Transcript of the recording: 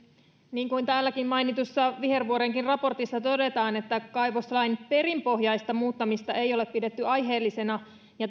niin kuin täälläkin mainitussa vihervuoren raportissa todetaan kaivoslain perinpohjaista muuttamista ei ole pidetty aiheellisena